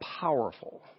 powerful